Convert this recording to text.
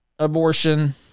abortion